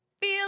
Feel